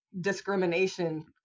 discrimination